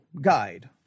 guide